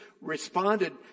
responded